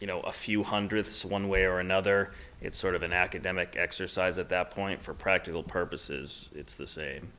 you know a few hundredths one way or another it's sort of an academic exercise at that point for practical purposes it's the same